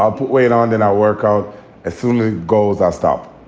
ah put weight on in our work out as soon as it goes, i stop.